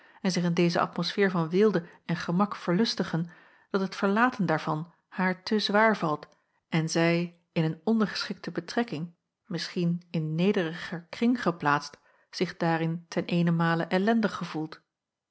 en zich in deze atmosfeer van weelde en gemak verlustigen dat het verlaten daarvan haar te zwaar valt en zij in een ondergeschikte betrekking misschien in nederiger kring geplaatst zich daarin ten eenemale ellendig gevoelt